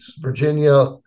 Virginia